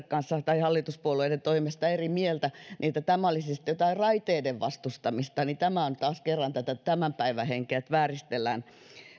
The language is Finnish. kanssa tai hallituspuolueiden toimesta eri mieltä että tämä olisi sitten jotain raiteiden vastustamista niin tämä on taas kerran tätä tämän päivän henkeä että vääristellään